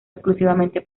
exclusivamente